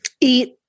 Eat